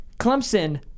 clemson